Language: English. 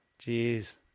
Jeez